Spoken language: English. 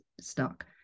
stuck